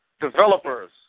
developers